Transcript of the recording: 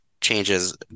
changes